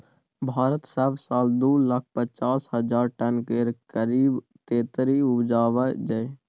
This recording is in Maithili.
भारत सब साल दु लाख पचास हजार टन केर करीब तेतरि उपजाबै छै